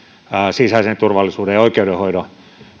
sisäisen turvallisuuden ja oikeudenhoidon